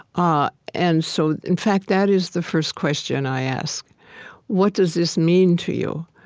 ah and so in fact, that is the first question i ask what does this mean to you?